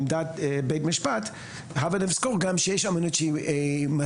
לעמדת בית המשפט הבה נזכור גם שיש אמנות מסיתה